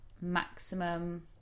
maximum